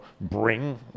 bring